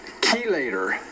chelator